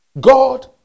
God